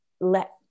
let